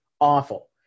awful